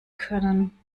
können